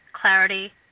clarity